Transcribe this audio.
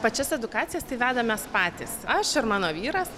pačias edukacijas tai vedam mes patys aš ir mano vyras